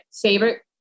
favorite